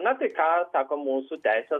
na tai ką sako mūsų teisė